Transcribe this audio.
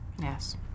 Yes